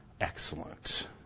excellent